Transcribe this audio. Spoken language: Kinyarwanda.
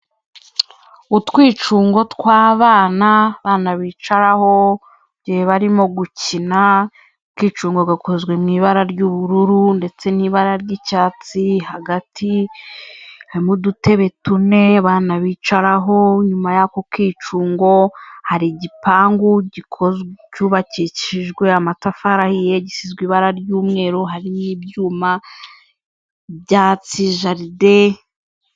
Utwicungo tw'abana, abana bicaraho mu gihe barimo gukina, akicunga gakozwe mu ibara ry'ubururu ndetse n'ibara ry'icyatsi, hagati harimo udutebe tune abana bicaraho, inyuma y'ako kicungo hari igipangu cyubakishijwe amatafari ahiye, gisizwe ibara ry'umweru, hari n'ibyuma, ibyatsi, jaride.